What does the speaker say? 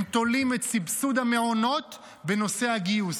הם תולים את סבסוד המעונות בנושא הגיוס.